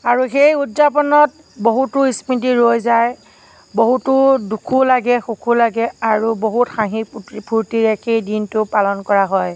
আৰু সেই উৎযাপনত বহুতো স্মৃতি ৰৈ যায় বহুতো দুখো লাগে সুখো লাগে আৰু বহুত হাঁহি ফূৰ্তিৰে সেই দিনটো পালন কৰা হয়